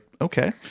okay